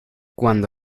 cuando